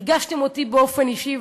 ריגשתם אותי באופן אישי,